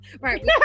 Right